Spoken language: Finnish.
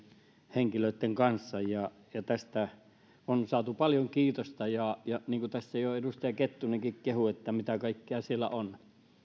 henkilöitten kanssa ja ja tästä on saatu paljon kiitosta niin kuin tässä jo edustaja kettunenkin kehui että mitä kaikkea siellä on